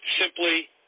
simply